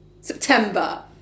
September